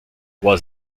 was